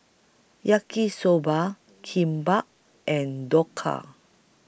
Yaki Soba Kimbap and Dhokla